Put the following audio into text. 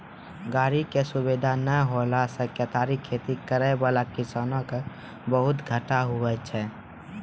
गाड़ी के सुविधा नै होला से केतारी खेती करै वाला किसान के बहुते घाटा हुवै छै